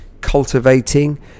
cultivating